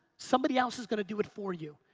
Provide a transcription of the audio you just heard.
somebody else is going to do it for you.